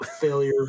failure